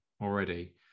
already